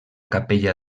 capella